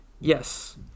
Yes